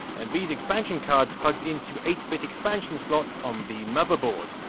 and these expansion cards plugged into eight bit expansion slots on the motherboard,